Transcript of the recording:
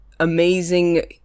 amazing